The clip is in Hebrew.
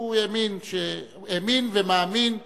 הוא האמין ומאמין ויאמין,